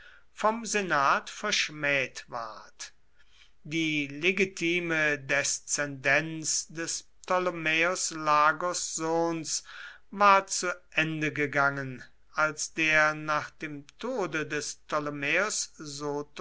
vom senat verschmäht ward die legitime deszendenz des ptolemaeos lagos sohns war zu ende gegangen als der nach dem tode des ptolemaeos